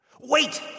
Wait